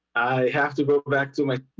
have to go back to my